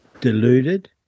deluded